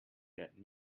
that